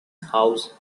house